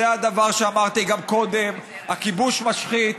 זה הדבר שאמרתי גם קודם: הכיבוש משחית.